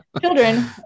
Children